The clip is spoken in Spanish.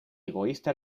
egoísta